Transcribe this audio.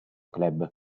club